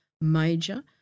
major